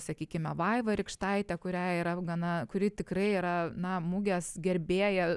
sakykime vaiva rykštaitė kurią yra gana kuri tikrai yra na mugės gerbėja